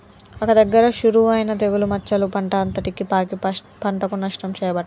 ఒక్క దగ్గర షురువు అయినా తెగులు మచ్చలు పంట అంతటికి పాకి పంటకు నష్టం చేయబట్టే